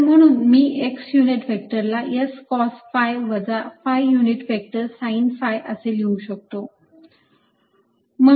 आणि म्हणून मी x युनिट व्हेक्टरला S cos phi वजा phi unit vector sine phi असे लिहू शकतो